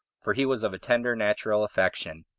for he was of a tender natural affection,